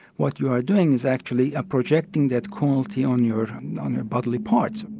what you're doing is actually ah projecting that quality on your and on your bodily parts.